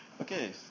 Okay